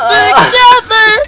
together